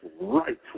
right